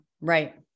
right